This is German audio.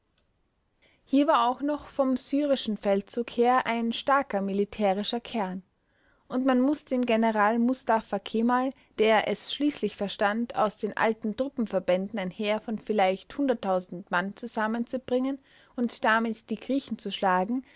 hier war auch noch vom syrischen feldzug her ein starker militärischer kern und man muß dem general mustapha kemal der es schließlich verstand aus den alten truppenverbänden ein heer von vielleicht mann zusammenzubringen und damit die griechen zu schlagen